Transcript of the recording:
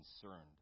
concerned